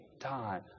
time